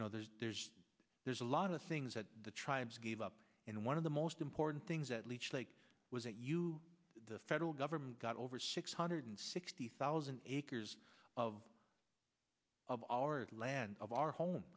you know there's there's there's a lot of things that the tribes give up and one of the most important things that leech like was it you know the federal government got over six hundred sixty thousand acres of of our land of our home